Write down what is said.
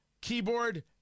keyboard